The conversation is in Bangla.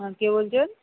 হ্যাঁ কে বলছেন